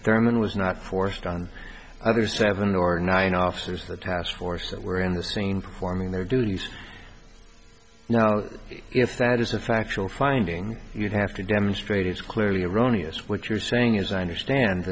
thurmond was not forced on either seven or nine officers of the task force that were on the scene forming their duties now if that is a factual finding you'd have to demonstrate it's clearly erroneous what you're saying is i understand